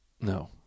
No